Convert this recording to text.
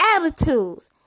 attitudes